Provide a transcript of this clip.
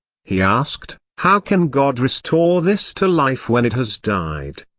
he asked, how can god restore this to life when it has died?